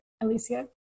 Alicia